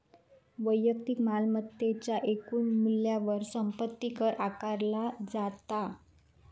वैयक्तिक मालमत्तेच्या एकूण मूल्यावर संपत्ती कर आकारला जाता